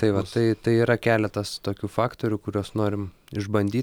tai va tai tai yra keletas tokių faktorių kuriuos norim išbandyt